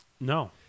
No